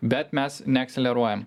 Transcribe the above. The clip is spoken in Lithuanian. bet mes neakseleruojam